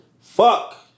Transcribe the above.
Fuck